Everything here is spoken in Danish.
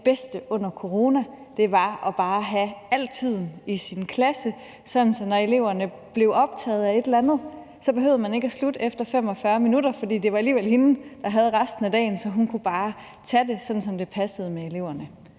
det bedste under corona var bare at have al tiden i sin klasse, sådan at når eleverne blev optaget af et eller andet, så behøvede man ikke slutte efter 45 minutter, for det var alligevel hende, der havde resten af dagen, så hun kunne bare tage det, sådan som det passede med eleverne.